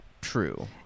true